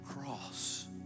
cross